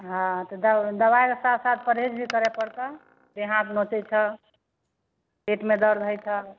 हँ तऽ दवाइके साथ साथ परहेज भी करै पड़तऽ देह हाथ नोचै छऽ पेटमे दरद होइ छऽ